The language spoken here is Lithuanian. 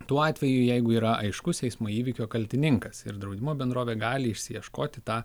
tuo atveju jeigu yra aiškus eismo įvykio kaltininkas ir draudimo bendrovė gali išsiieškoti tą